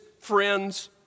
friends